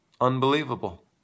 Unbelievable